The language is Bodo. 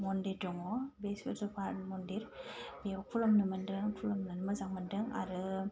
मन्दिर दङ बे सुर्ज पाहारनि मन्दिर बेयाव खुलुमनो मोन्दों खुलुमानानै मोजां मोन्दों आरो